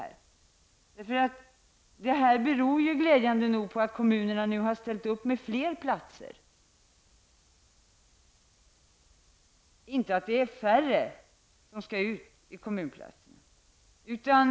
Det uppnådda läget beror glädjande nog på att kommunerna nu har ställt upp med fler platser, inte på att det är färre som skall ut till kommunplatser.